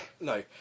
No